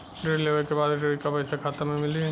ऋण लेवे के बाद ऋण का पैसा खाता में मिली?